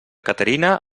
caterina